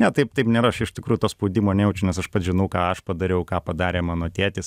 ne taip taip nėra aš iš tikrųjų to spaudimo nejaučiu nes aš pats žinau ką aš padariau ką padarė mano tėtis